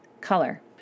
color